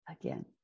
again